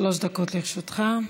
שלוש דקות לרשותך.